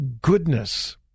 goodness